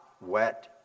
wet